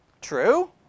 True